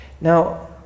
Now